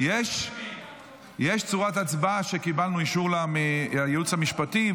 יש צורת הצבעה שקיבלנו לה אישור מהייעוץ המשפטי,